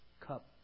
cup